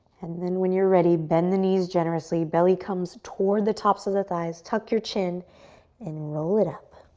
and then when you're ready, bend the knees generously. belly comes toward the tops of the thighs. tuck your chin and roll it up.